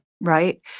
Right